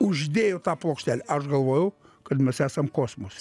uždėjo tą plokštelę aš galvojau kad mes esam kosmose